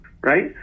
right